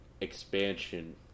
expansion